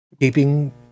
keeping